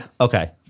Okay